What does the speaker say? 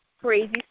crazy